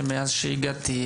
מאז שהגעתי,